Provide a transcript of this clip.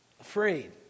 afraid